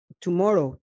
tomorrow